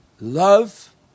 Love